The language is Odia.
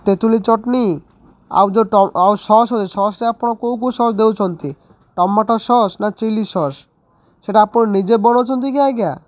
ତେତୁଲି ଚଟଣି ଆଉ ଯେଉଁ ଆଉ ସସ୍ ସସ୍ ଆପଣ କେଉଁ କେଉଁ ସସ୍ ଦେଉଛନ୍ତି ଟମାଟୋ ସସ୍ ନା ଚିଲି ସସ୍ ସେଇଟା ଆପଣ ନିଜେ ବନଉଛନ୍ତି କି ଆଜ୍ଞା